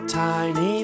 tiny